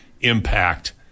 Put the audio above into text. impact